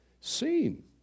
Seen